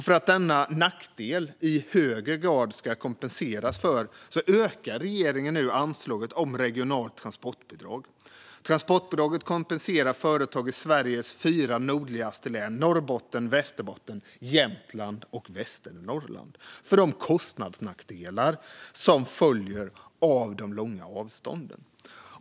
För att denna nackdel i högre grad ska kompenseras ökar regeringen nu anslaget om regionalt transportbidrag. Transportbidraget kompenserar företag i Sveriges fyra nordligaste län - Norrbotten, Västerbotten, Jämtland och Västernorrland - för de kostnadsnackdelar som följer av de långa avstånden.